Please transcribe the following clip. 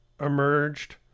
emerged